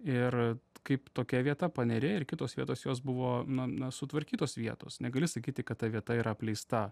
ir kaip tokia vieta paneriai ir kitos vietos jos buvo na na sutvarkytos vietos negali sakyti kad ta vieta yra apleista